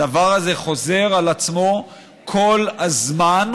הדבר הזה חוזר על עצמו כל הזמן,